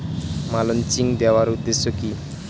Mulching দেওয়ার উদ্দেশ্য কি?